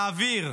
להעביר,